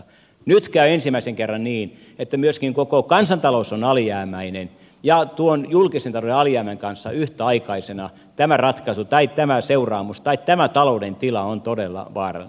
nyt käy ensimmäisen kerran niin että myöskin koko kansantalous on alijäämäinen ja tuon julkisen talouden alijäämän kanssa yhtäaikaisena tämä ratkaisu tai tämä seuraamus tai tämä taloudentila on todella vaarallinen